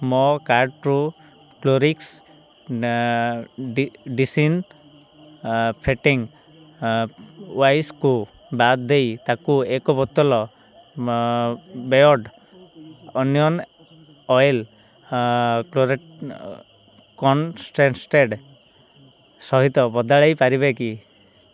ମୋ କାର୍ଟ୍ରୁ Clorox disinfecting ୱାଇପ୍ସ୍କୁ ବାଦ ଦେଇ ତାହାକୁ ଏକ ବୋତଲ ବେୟର୍ଡ଼ୋ ଓନିଅନ୍ ଅଏଲ୍ କ୍ଲୋରେଟ୍ କନ୍ଷ୍ଟେଡ଼୍ ଷ୍ଟେଡ଼୍ ସହିତ ବଦଳାଇ ପାରିବେ କି